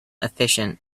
efficient